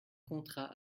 contrat